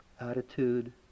attitude